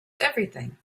everything